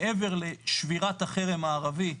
מעבר לשבירת החרם הערבי,